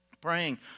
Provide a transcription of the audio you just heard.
praying